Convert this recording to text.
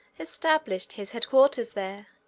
established his head-quarters there,